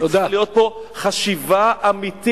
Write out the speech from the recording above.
אבל צריכה להיות כאן חשיבה אמיתית